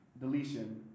Deletion